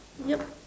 yup